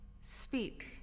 speak